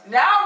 Now